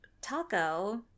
Taco